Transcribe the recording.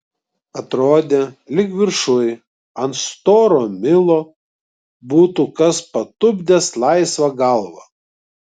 atrodė lyg viršuj ant storo milo būtų kas patupdęs laisvą galvą